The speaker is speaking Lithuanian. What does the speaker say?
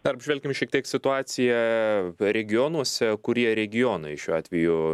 dar apžvelkim šiek tiek situaciją regionuose kurie regionai šiuo atveju